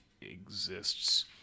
exists